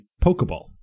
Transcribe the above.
Pokeball